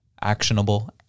actionable